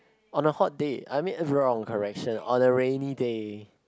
on a hot day I mean wrong correction on a rainy day